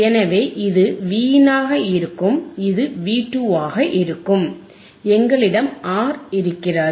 எனவே இது Vin ஆக இருக்கும் இது வி 2 ஆக இருக்கும் எங்களிடம் ஆர் இருக்கிறது